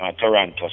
Toronto